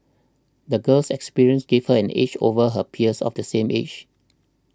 the girl's experiences gave her an edge over her peers of the same age